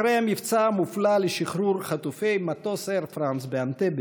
אחרי המבצע המופלא לשחרור חטופי מטוס אייר פראנס באנטבה